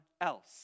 else